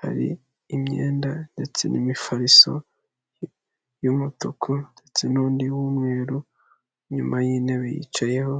hari imwenda ndetse n'imifariso y'umutuku ndetse nundi w'umweru inyuma y'intebe yicayeho.